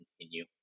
continue